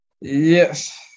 Yes